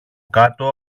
κάτω